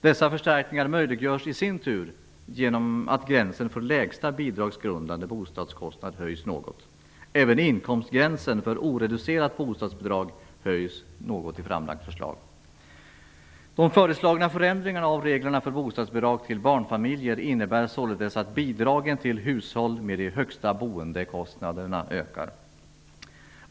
Dessa förstärkningar möjliggörs i sin tur genom att gränsen för lägsta bidragsgrundande bostadskostnad höjs något. Även inkomstgränsen för oreducerat bostadsbidrag höjs något i framlagt förslag. De föreslagna förändringarna av reglerna för bostadsbidrag till barnfamiljer innebär således att bidragen till hushåll med de högsta bostadskostnaderna ökar.